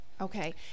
Okay